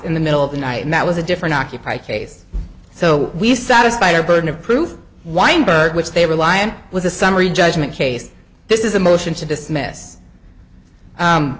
in the middle of the night and that was a different occupy case so we satisfy our burden of proof weinberg which they rely on was a summary judgment case this is a motion to dismiss u